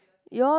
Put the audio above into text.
your